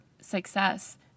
success